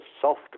soft